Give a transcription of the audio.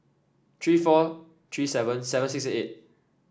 three four three seven seven six six eight